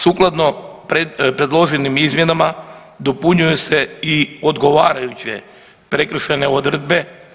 Sukladno predloženim izmjenama dopunjuju se i odgovarajuće prekršajne odredbe.